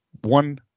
one